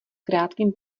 krátkým